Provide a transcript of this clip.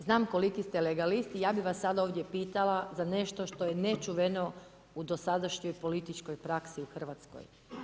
Znam koliki ste legalist i ja bih vas sada ovdje pitala za nešto što je nečuveno u dosadašnjoj političkoj praksi u Hrvatskoj.